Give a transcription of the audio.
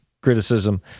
criticism